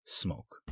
smoke